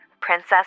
princess